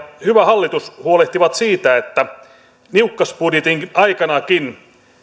hyvä hallitus huolehtivat siitä että niukkasbudjetin aikanakaan